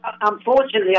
unfortunately